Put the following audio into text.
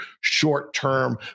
short-term